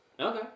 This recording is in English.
Okay